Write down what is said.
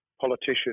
politician